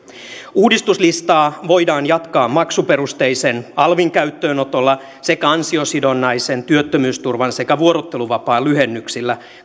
uudistuslistaa voidaan jatkaa maksuperusteisen alvin käyttöönotolla sekä ansiosidonnaisen työttömyysturvan sekä vuorotteluvapaan lyhennyksillä